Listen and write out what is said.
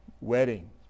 wedding